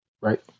right